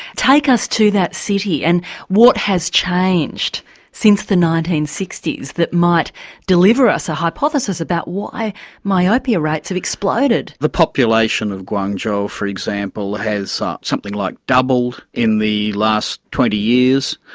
take us to that city and what has changed since the nineteen sixty s that might deliver us a hypothesis about about why myopia rates have exploded. the population of guangzhou for example, has something like doubled in the last twenty years.